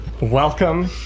Welcome